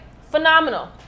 phenomenal